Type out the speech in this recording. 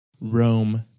Rome